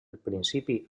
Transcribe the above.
principi